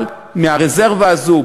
אבל מהרזרבה הזאת,